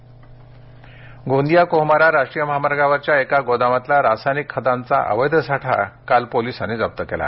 गोंदिया गोंदिया कोहमारा राष्ट्रीय महामार्गावरच्या एका गोदामातला रासायनिक खतांचा अवैध साठा काल पोलिसांनी जप्त केला